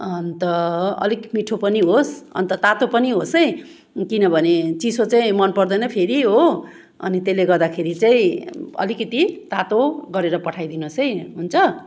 अन्त अलिक मिठो पनि होस् अन्त तातो पनि होस् है किनभने चिसो चाहिँ मन पर्दैन फेरि हो अनि त्यसले गर्दाखेरि चाहिँ अलिकिति तातो गरेर पठाइदिनुहोस् है हुन्छ